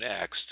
next